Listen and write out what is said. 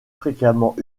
fréquemment